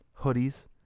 Hoodies